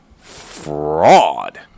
fraud